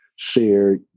share